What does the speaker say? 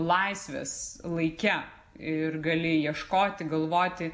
laisvės laike ir gali ieškoti galvoti